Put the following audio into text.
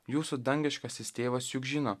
jūsų dangiškasis tėvas juk žino